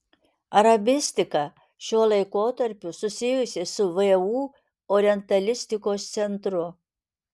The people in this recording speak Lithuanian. arabistika šiuo laikotarpiu susijusi su vu orientalistikos centru